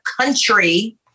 country